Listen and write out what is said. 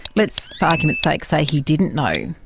let's for argument's sake say he didn't know,